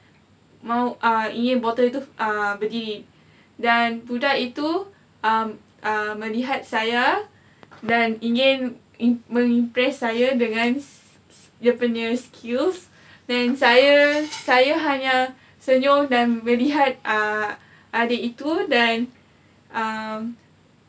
mahu uh ingin bottle itu uh berdiri dan budak itu um err melihat saya dan ingin mengimpress saya dengan dia punya skills then saya saya hanya senyum dan melihat uh adik itu dan um